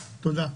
תודה.